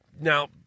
Now